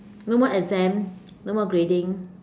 no more exams no more grading